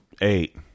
Eight